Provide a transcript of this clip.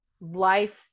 life